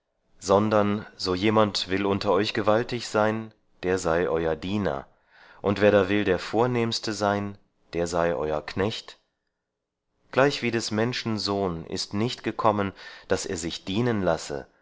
sondern so jemand will unter euch gewaltig sein der sei euer diener und wer da will der vornehmste sein der sei euer knecht gleichwie des menschen sohn ist nicht gekommen daß er sich dienen lasse